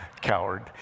coward